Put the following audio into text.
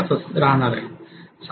5 राहणार आहे